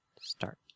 start